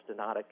stenotic